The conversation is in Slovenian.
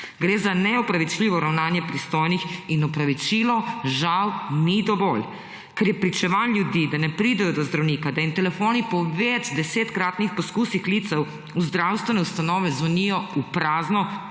Gre za neopravičljivo ravnanje pristojnih in opravičilo žal ni dovolj, ker je pričevanj ljudi, da ne pridejo do zdravnika, da jim telefoni po večdesetkratnih poskusih klicev v zdravstvene ustanove zvonijo v prazno,